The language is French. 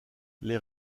les